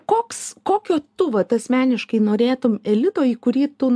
koks kokio tu vat asmeniškai norėtum elito į kurį tu